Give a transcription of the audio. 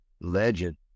legend